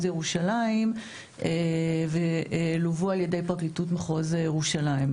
ירושלים ולוו על ידי פרקליטות מחוז ירושלים.